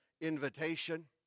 invitation